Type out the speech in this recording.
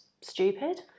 stupid